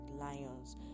lions